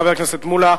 חבר הכנסת שלמה מולה,